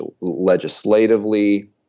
legislatively